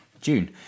June